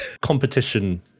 competition